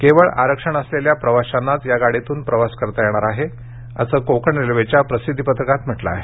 केवळ आरक्षण असलेल्या प्रवाशांनाच या गाडीतून प्रवास करता येणार असल्याचं कोकण रेल्वेच्या प्रसिद्धीपत्रकात म्हटलं आहे